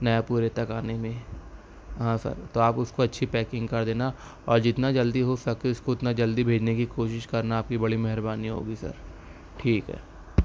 نیا پورے تک آنے میں ہاں سر تو آپ اس کو اچھی پیکنگ کر دینا اور جتنا جلدی ہو سکے اس کو اتنا جلدی بھیجنے کی کوشش کرنا آپ کی بڑی مہربانی ہوگی سر ٹھیک ہے